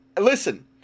listen